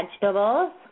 vegetables